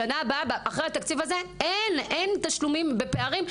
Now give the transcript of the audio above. בשנה הבאה, אחרי התקציב הזה, אין תשלומים בפערים.